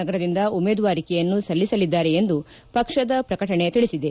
ನಗರದಿಂದ ಉಮೇದುವಾರಿಕೆಯನ್ನು ಸಲ್ಲಿಸಲಿದ್ದಾರೆ ಎಂದು ಪಕ್ಷದ ಪ್ರಕಟಣೆ ತಿಳಿಸಿದೆ